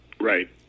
Right